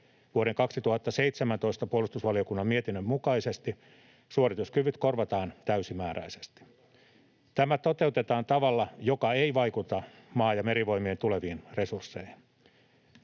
Vuoden 2017 puolustusvaliokunnan mietinnön mukaisesti suorituskyvyt korvataan täysimääräisesti. [Timo Heinonen: Hyvä!] Tämä toteutetaan tavalla, joka ei vaikuta Maa- ja Merivoimien tuleviin resursseihin.